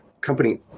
company